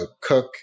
cook